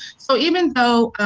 so even though